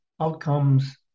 outcomes